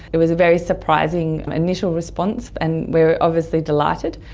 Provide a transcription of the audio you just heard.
it was a very surprising initial response and we are obviously delighted.